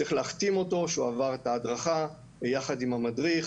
צריך להחתים אותו שהוא עבר את ההדרכה יחד עם המדריך,